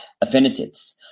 affinities